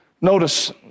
notice